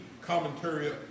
commentary